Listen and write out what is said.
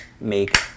make